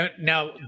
Now